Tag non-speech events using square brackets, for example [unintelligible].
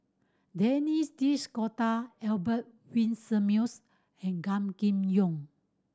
Denis [unintelligible] Albert Winsemius and Gan Kim Yong